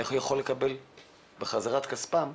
איך הם יכולים לקבל בחזרה את כספם.